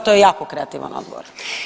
To je jako kreativan odgovor.